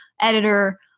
editor